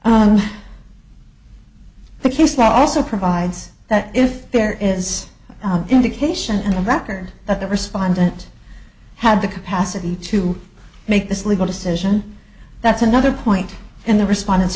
now also provides that if there is no indication and the record that the respondent had the capacity to make this legal decision that's another point in the respon